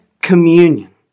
communion